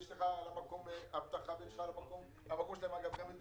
יש לך על המקום אבטחה ויש לך כל המקום המקום שלהם גם,